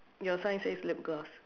your sign says lip gloss